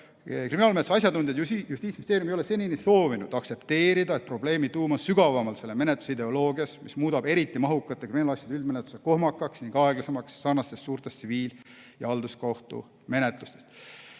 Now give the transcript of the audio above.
Kriminaalmenetluse asjatundjad ega Justiitsministeerium ei ole senini soovinud aktsepteerida, et probleemi tuum on sügaval selle menetluse ideoloogias, mis muudab eriti mahukate kriminaalasjade üldmenetluse kohmakaks ning aeglasemaks kui sarnaste suurte tsiviil- ja halduskohtumenetluste